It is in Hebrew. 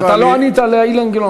ברשותך,